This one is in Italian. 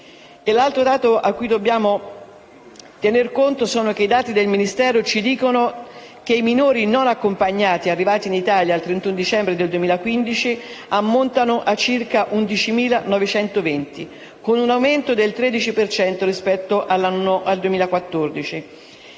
L'altro elemento di cui dobbiamo tenere conto è che i dati del Ministero dimostrano che i minori non accompagnati arrivati in Italia al 31 dicembre 2015 ammontano a circa 11.920, con un aumento del 13 per cento rispetto al 2014.